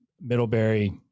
Middlebury